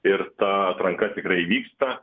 ir ta atranka tikrai vyksta